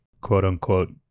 quote-unquote